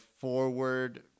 forward